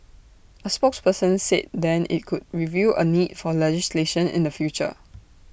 A spokesperson said then IT could review A need for legislation in the future